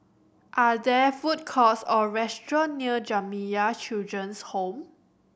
are there food courts or restaurants near Jamiyah Children's Home